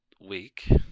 week